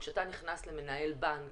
כשאתה נכנס למנהל בנק